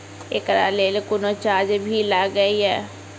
एकरा लेल कुनो चार्ज भी लागैये?